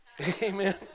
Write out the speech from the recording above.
Amen